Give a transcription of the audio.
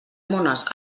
mones